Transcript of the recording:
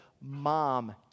mom